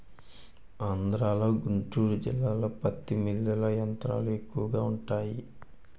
ఆంధ్రలో గుంటూరు జిల్లాలో పత్తి మిల్లులు యంత్రాలు ఎక్కువగా వుంటాయి